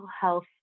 health